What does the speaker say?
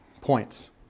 points